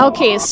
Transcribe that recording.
Okay